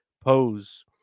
pose